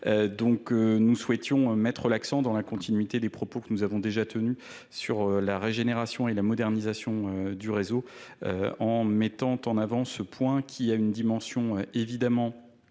donc nous souhaitons mettre l'accent dans la continuité des propos que nous avons déjà tenus sur la régénération et la modernisation et la modernisation du réseau en mettant en avant ce point qui a une dimension évidemment écologique